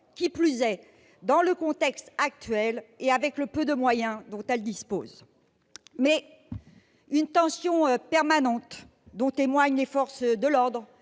qui plus est dans le contexte actuel et avec le peu de moyens dont elles disposent. Mais une tension permanente, dont témoignent les forces de l'ordre